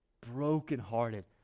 Brokenhearted